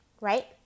right